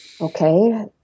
okay